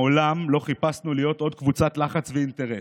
מעולם לא חיפשנו להיות עוד קבוצת לחץ ואינטרס,